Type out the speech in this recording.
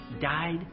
died